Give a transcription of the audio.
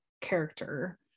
character